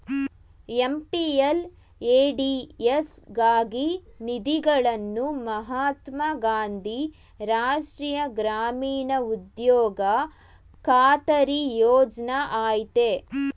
MPLADS ಗಾಗಿ ನಿಧಿಗಳನ್ನು ಮಹಾತ್ಮ ಗಾಂಧಿ ರಾಷ್ಟ್ರೀಯ ಗ್ರಾಮೀಣ ಉದ್ಯೋಗ ಖಾತರಿ ಯೋಜ್ನ ಆಯ್ತೆ